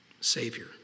Savior